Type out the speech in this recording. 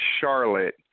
Charlotte